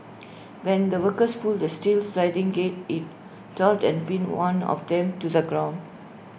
when the workers pulled the steel sliding gate IT toppled and pinned one of them to the ground